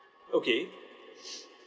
okay